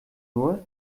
nur